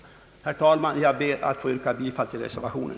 Herr talman! Jag ber att få yrka bifall till reservationen.